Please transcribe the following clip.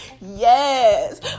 yes